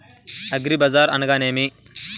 అగ్రిబజార్ అనగా నేమి?